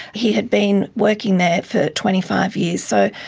he had been working there for twenty five years. so,